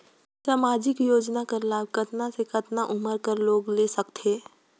समाजिक योजना कर लाभ कतना से कतना उमर कर लोग ले सकथे?